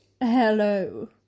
Hello